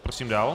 Prosím dál.